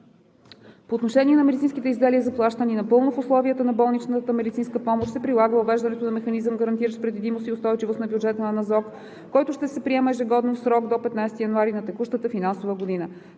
По отношение на медицинските изделия, заплащани напълно в условията на болничната медицинска помощ, се предлага въвеждането на механизъм, гарантиращ предвидимост и устойчивост на бюджета на НЗОК, който ще се приема ежегодно в срок до 15 януари на текущата финансова година